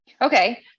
Okay